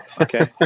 okay